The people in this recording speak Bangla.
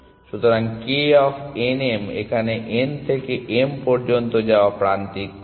সুতরাং k অফ n m এখানে n থেকে m পর্যন্ত যাওয়া প্রান্তিক খরচ